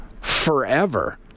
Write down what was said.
forever